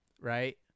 right